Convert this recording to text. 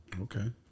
Okay